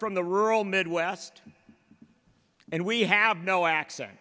from the rural midwest and we have no accent